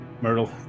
Myrtle